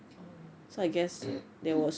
oh